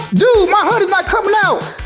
dude my honey's not coming out!